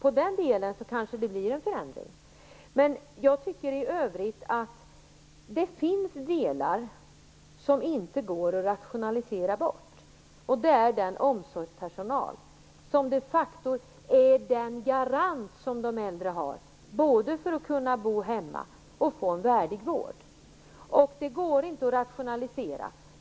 I den delen kanske det blir en förändring. I övrigt tycker jag att det finns delar som det inte går att rationalisera bort. En sådan är omsorgspersonalen, som de facto är den garant som de äldre har för att kunna bo hemma och få en värdig vård. Den går inte att rationalisera bort.